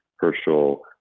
Herschel